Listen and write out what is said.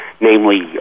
namely